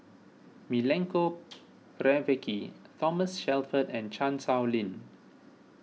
Milenko Prvacki Thomas Shelford and Chan Sow Lin